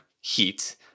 heat